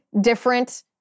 different